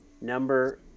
Number